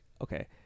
okay